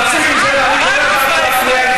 אני מודיע לך את זה.